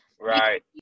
Right